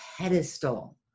pedestal